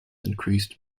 increased